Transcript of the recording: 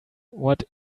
what